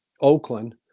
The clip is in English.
Oakland